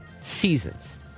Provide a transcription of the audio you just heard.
seasons